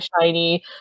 shiny